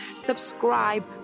subscribe